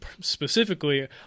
specifically